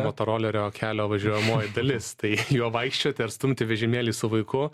motorolerio kelio važiuojamoji dalis tai juo vaikščioti ar stumti vežimėlį su vaiku